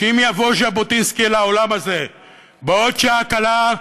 שאם יבוא ז'בוטינסקי לעולם הזה בעוד שעה קלה,